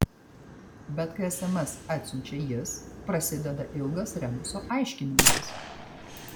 bet kai sms atsiunčia jis prasideda ilgas rebuso aiškinimasis